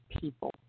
people